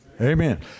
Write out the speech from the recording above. Amen